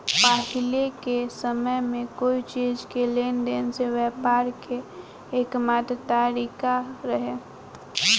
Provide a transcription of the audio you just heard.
पाहिले के समय में कोई चीज़ के लेन देन से व्यापार के एकमात्र तारिका रहे